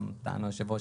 גם טען היושב ראש,